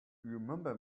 remember